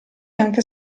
anche